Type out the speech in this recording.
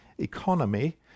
economy